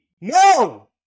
no